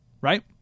Right